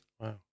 Wow